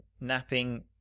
napping